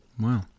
Wow